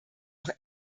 auch